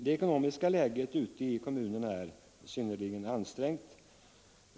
Det ekonomiska läget ute i kommunerna är synnerligen ansträngt.